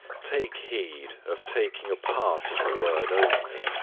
take heed of taking a part of the word only,